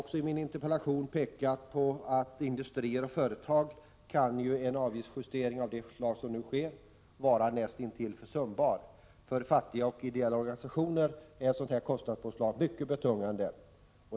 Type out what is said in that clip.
I min interpellation har jag också pekat på att en avgiftsjustering av det slag som nu sker kan vara näst intill försumbar för industrier och företag. För fattiga, ideella organisationer är ett dylikt kostnadspåslag mycket betungande.